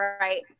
right